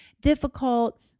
difficult